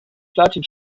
platin